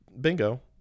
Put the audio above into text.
bingo